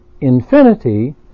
infinity